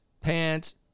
pants